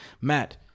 Matt